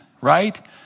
right